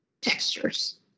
textures